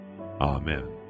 Amen